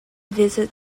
visit